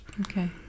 Okay